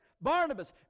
Barnabas